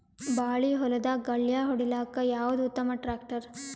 ಬಾಳಿ ಹೊಲದಾಗ ಗಳ್ಯಾ ಹೊಡಿಲಾಕ್ಕ ಯಾವದ ಉತ್ತಮ ಟ್ಯಾಕ್ಟರ್?